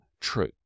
true